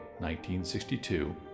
1962